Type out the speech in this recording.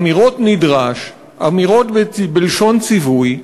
אמירות "נדרש", אמירות בלשון ציווי.